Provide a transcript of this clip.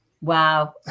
Wow